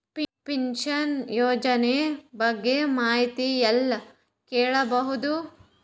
Pension ಯೋಜನ ಬಗ್ಗೆ ಮಾಹಿತಿ ಎಲ್ಲ ಕೇಳಬಹುದು?